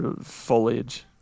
Foliage